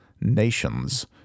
nations